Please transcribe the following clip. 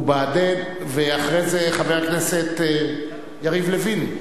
ואחרי זה, חבר הכנסת יריב לוין.